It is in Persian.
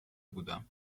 بودم